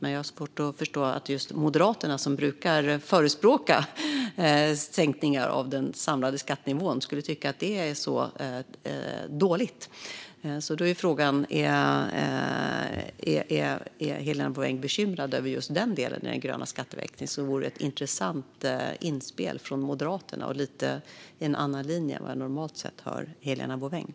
Men jag har svårt att förstå att just Moderaterna, som brukar förespråka sänkningar av den samlade skattenivån, skulle tycka att det är så dåligt. Frågan är då: Är Helena Bouveng bekymrad över just den delen i den gröna skatteväxlingen? Det vore i så fall ett intressant inspel från Moderaterna och lite i en annan linje än vad jag normalt sett hör från Helena Bouveng.